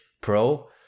pro